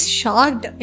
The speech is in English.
shocked